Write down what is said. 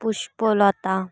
Pushpalata